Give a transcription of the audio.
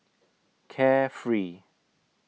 Carefree